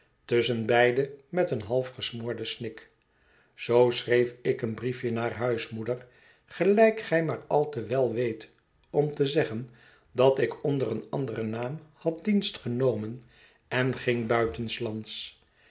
tusschenbeide met een half gesmoorden snik zoo schreef ik een briefje naar huis moeder gelijk gij maar al te wel weet om te zeggen dat ik onder een anderen naam had dienst genomen en ging buitenslands